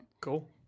Cool